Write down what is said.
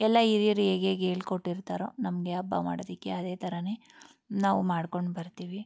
ಎಲ್ಲ ಹಿರಿಯರು ಹೇಗ್ ಹೇಗ್ ಹೇಳ್ಕೊಟ್ಟಿರ್ತಾರೋ ನಮಗೆ ಹಬ್ಬ ಮಾಡೋದಕ್ಕೆ ಅದೇ ಥರವೇ ನಾವು ಮಾಡ್ಕೊಂಡು ಬರ್ತೀವಿ